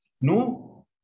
No